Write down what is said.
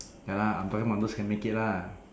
ya lah I'm talking about those can make it lah